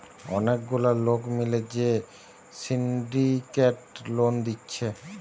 অনেক গুলা লোক মিলে যে সিন্ডিকেট লোন দিচ্ছে